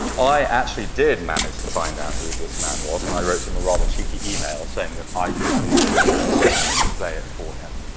i actually did manage to find out who this man was and i wrote him a rather cheeky email saying that i could exhibit it and display for him,